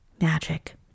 magic